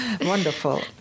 Wonderful